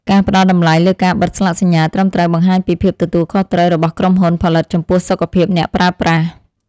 ការផ្តល់តម្លៃលើការបិទស្លាកសញ្ញាត្រឹមត្រូវបង្ហាញពីភាពទទួលខុសត្រូវរបស់ក្រុមហ៊ុនផលិតចំពោះសុខភាពអ្នកប្រើប្រាស់។